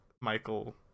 Michael